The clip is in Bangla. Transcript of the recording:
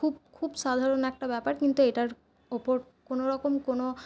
খুব খুব সাধারণ একটা ব্যাপার কিন্তু এটার ওপর কোনোরকম কোন